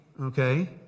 okay